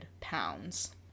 pounds